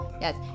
yes